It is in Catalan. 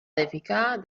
edificar